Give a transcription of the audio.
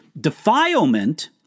Defilement